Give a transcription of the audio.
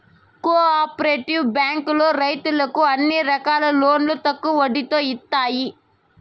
co operative బ్యాంకులో రైతులకు అన్ని రకాల లోన్లు తక్కువ వడ్డీతో ఇత్తాయి